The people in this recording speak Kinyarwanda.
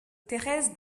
thérèse